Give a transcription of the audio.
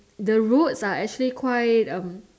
the roads are actually quite um